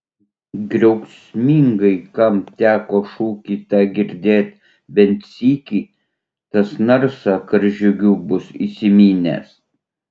griausmingai kam teko šūkį tą girdėt bent sykį tas narsą karžygių bus įsiminęs